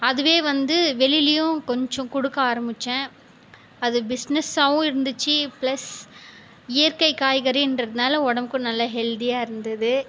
அதுவே வந்து வெளியிலேயும் கொஞ்சம் கொடுக்க ஆரம்பித்தேன் அது பிசினஸ் ஆகவும் இருந்துச்சு பிளஸ் இயற்கை காய்கறின்றதுனால் உடம்புக்கு நல்ல ஹெல்தியாக இருந்தது